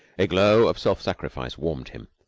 a glow of self-sacrifice warmed him.